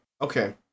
Okay